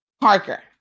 Parker